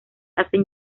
hacen